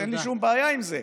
אין לי שום בעיה עם זה.